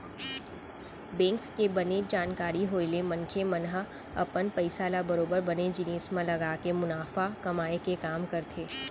bank के बने जानकारी होय ले मनखे मन ह अपन पइसा ल बरोबर बने जिनिस म लगाके मुनाफा कमाए के काम करथे